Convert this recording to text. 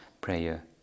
prayer